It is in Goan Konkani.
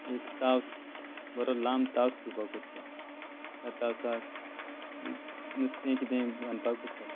एक तावंस बरो लांब तावंस घेवपाक पडटा त्या तावंसाक नुस्तें कितें बांदपाक पडटा